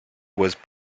was